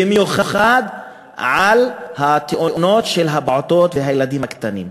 במיוחד על התאונות של הפעוטות והילדים הקטנים,